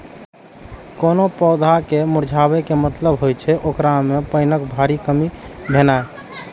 कोनो पौधा के मुरझाबै के मतलब होइ छै, ओकरा मे पानिक भारी कमी भेनाइ